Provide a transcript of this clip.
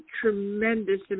tremendous